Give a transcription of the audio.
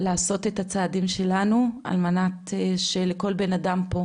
לעשות את הצעדים שלנו על מנת שלכל בן אדם פה,